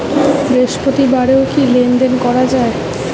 বৃহস্পতিবারেও কি লেনদেন করা যায়?